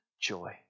joy